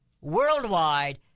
worldwide